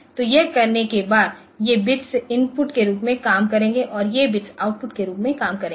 तो यह करने के बाद ये बिट्स इनपुट के रूप में काम करेंगे और ये बिट्स आउटपुट के रूप में काम करेंगे